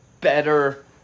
better